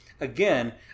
Again